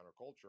counterculture